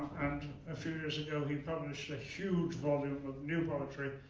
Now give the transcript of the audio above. and a few years ago, he published huge volume of new poetry,